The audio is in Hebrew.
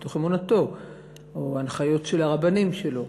מתוך אמונתו או הנחיות של הרבנים שלו,